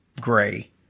gray